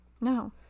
No